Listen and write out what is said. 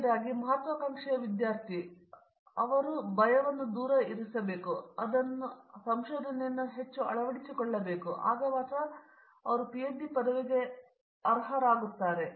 ಪ್ರತಾಪ್ ಹರಿಡೋಸ್ ಆದ್ದರಿಂದ ಮಹತ್ವಾಕಾಂಕ್ಷೆಯ ವಿದ್ಯಾರ್ಥಿ ಅವರು ಅದನ್ನು ಗುರುತಿಸಲು ಕಲಿತಿದ್ದರೆ ನೀವು ಅವರ ಭಯವನ್ನು ದೂರವಿರಿಸಿ ಮತ್ತು ಅದನ್ನು ಹೆಚ್ಚು ಅಳವಡಿಸಿಕೊಳ್ಳುವಿರಿ ಎಂದು ನಿಮಗೆ ತಿಳಿದಿದೆ ಅವರು ಬಹುಶಃ ಹೃದಯ ಅಥವಾ ಪಿಎಚ್ಡಿ ಪದವಿಗೆ ಹೆಚ್ಚು ಆರಾಮವಾಗಿ ಹೊಂದಿಕೊಳ್ಳುತ್ತಾರೆ